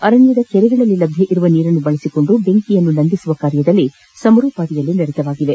ಅರಣ್ಯದ ಕೆರೆಗಳಲ್ಲಿ ಲಭ್ಯವಿರುವ ನೀರನ್ನು ಬಳಸಿಕೊಂಡು ಬೆಂಕಿಯನ್ನು ನಂದಿಸುವ ಕಾರ್ಯದಲ್ಲಿ ಸಮರೋಪಾದಿಯಲ್ಲಿ ನಿರತವಾಗಿವೆ